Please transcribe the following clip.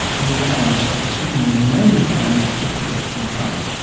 and requires a decision we may find difficult to confront.